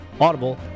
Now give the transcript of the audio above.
Audible